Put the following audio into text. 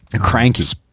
Cranky